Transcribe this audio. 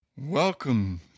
welcome